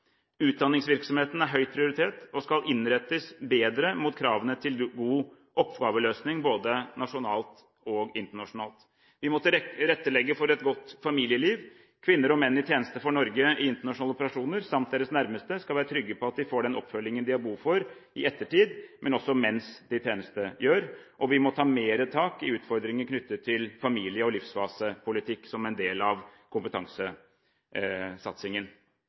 Utdanningsvirksomheten er høyt prioritert og skal innrettes bedre mot kravene til god oppgaveløsning – både nasjonalt og internasjonalt. Vi må tilrettelegge for et godt familieliv. Kvinner og menn i tjeneste for Norge i internasjonale operasjoner, samt deres nærmeste, skal være trygge på at de får den oppfølgingen de har behov for i ettertid, men også mens de tjenestegjør. Vi må ta mer tak i utfordringer knyttet til familie- og livsfasepolitikk som en del av kompetansesatsingen.